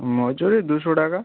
মজুরি দুশো টাকা